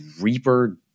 Reaper